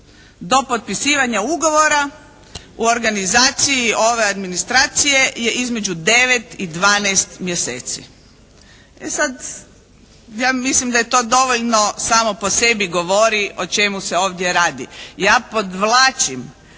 do potpisivanja ugovora u organizaciji ove administracije je između 9 i 12 mjeseci. E sad ja mislim da je to dovoljno samo po sebi govori o čemu se ovdje radi. Ja podvlačim